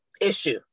issue